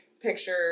picture